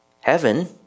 Heaven